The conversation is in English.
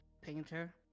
painter